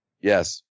Yes